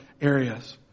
areas